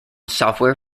software